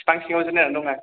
फिफां सिङाव जिरायनानै दङ आं